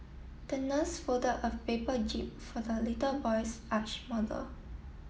the nurse folded a paper jib for the little boy's yacht model